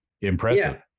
impressive